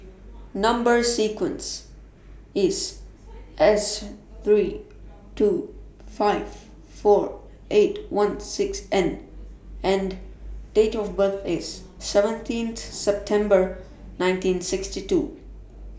Number sequence IS S three two five four eight one six N and Date of birth IS seventeen September nineteen sixty two